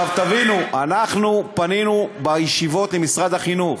תבינו, אנחנו פנינו בישיבות למשרד החינוך.